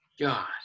God